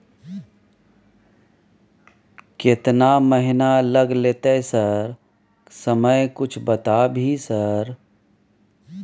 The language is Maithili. केतना महीना लग देतै सर समय कुछ बता भी सर?